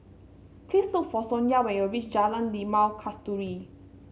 please look for Sonya when you reach Jalan Limau Kasturi